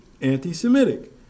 anti-Semitic